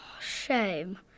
shame